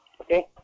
Okay